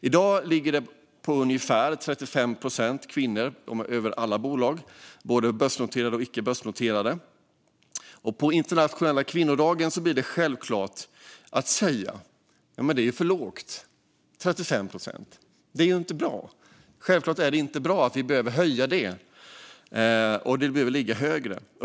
I dag ligger det på ungefär 35 procent kvinnor över alla bolag, både börsnoterade och icke börsnoterade, och på internationella kvinnodagen är det självklart att säga att 35 procent är för lågt. Det är självklart inte bra. Det behöver ligga högre.